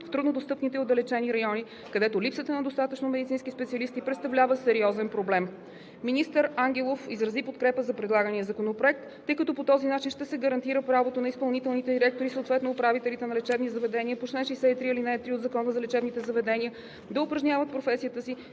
в труднодостъпните и отдалечените райони, където липсата на достатъчно медицински специалисти представлява сериозен проблем. Министър Ангелов изрази подкрепа за предлагания законопроект, тъй като по този начин ще се гарантира правото на изпълнителните директори, съответно управителите на лечебни заведения по чл. 63, ал. 3 от Закона за лечебните заведения да упражняват професията си